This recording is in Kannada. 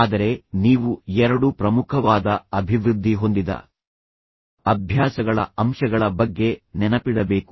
ಆದರೆ ನೀವು ಎರಡು ಪ್ರಮುಖವಾದ ಅಭಿವೃದ್ಧಿ ಹೊಂದಿದ ಅಭ್ಯಾಸಗಳ ಅಂಶಗಳ ಬಗ್ಗೆ ನೆನಪಿಡಬೇಕು